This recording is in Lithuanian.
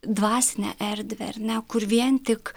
dvasinę erdvę ar ne kur vien tik